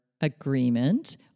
agreement